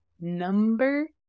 Number